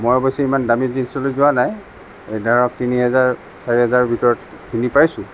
মই অৱশ্যে ইমান দামী জীনছ্লৈ যোৱা নাই এই ধৰক তিনি হাজাৰ চাৰি হাজাৰ ভিতৰত কিনি পাইছোঁ